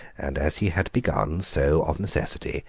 and as he had begun, so, of necessity,